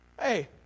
hey